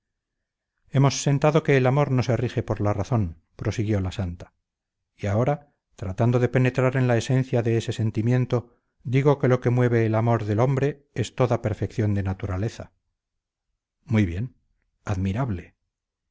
hemos sentado que el amor no se rige por la razón prosiguió la santa y ahora tratando de penetrar en la esencia de ese sentimiento digo que lo que mueve el amor del hombre es toda perfección de naturaleza muy bien admirable